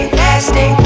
nasty